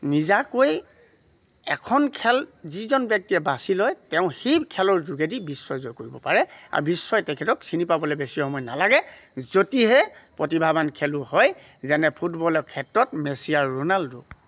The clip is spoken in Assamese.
নিজাকৈ এখন খেল যিজন ব্যক্তিয়ে বাছি লয় তেওঁ সেই খেলৰ যোগেদি বিশ্ব জয় কৰিব পাৰে আৰু বিশ্বই তেখেতক চিনি পাবলে বেছি সময় নালাগে যদিহে প্ৰতিভাৱান খেলুৱৈ হয় যেনে ফুটবলৰ ক্ষেত্ৰত মেচি আৰু ৰোণাল্ডো